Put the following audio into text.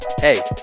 Hey